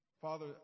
Father